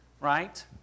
right